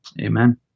amen